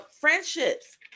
friendships